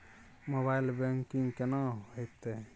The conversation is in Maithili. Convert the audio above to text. मोबाइल बैंकिंग केना हेते?